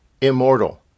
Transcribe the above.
immortal